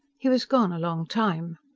he was gone a long time.